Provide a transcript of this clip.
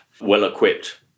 well-equipped